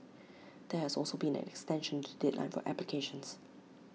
there has also been an extension to the deadline for applications